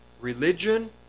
religion